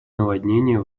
наводнения